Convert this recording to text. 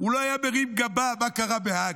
הוא לא היה מרים גבה מה קרה בהאג.